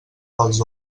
dels